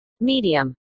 Medium